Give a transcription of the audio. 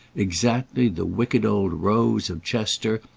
exactly the wicked old rows of chester,